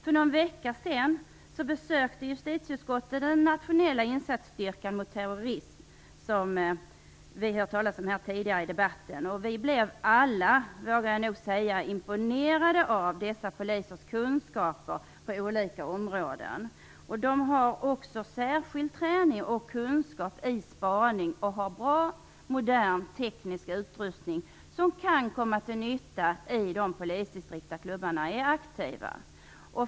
För någon vecka sedan besökte justitieutskottet den nationella insatsstyrkan mot terrorism, som vi tidigare har hört talas om här i debatten. Vi blev alla, vågar jag nog säga, imponerade av dessa polisers kunskaper på olika områden. De har också särskild träning och kunskap i spaning samt bra, modern teknisk utrustning, som kan komma till nytta i de polisdistrikt där klubbarna är aktiva.